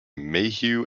mayhew